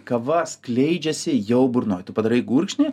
kava skleidžiasi jau burnoj tu padarai gurkšnį